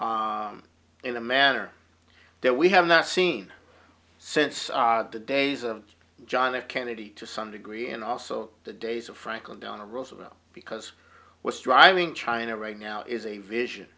in a manner that we have not seen since the days of john f kennedy to some degree and also the days of franklin delano roosevelt because what's driving china right now is a vision